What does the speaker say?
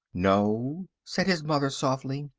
no, said his mother softly.